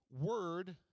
word